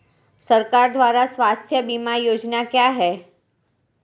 सरकार द्वारा स्वास्थ्य बीमा योजनाएं क्या हैं?